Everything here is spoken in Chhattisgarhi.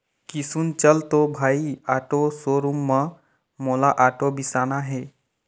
किसुन चल तो भाई आटो शोरूम म मोला आटो बिसाना हे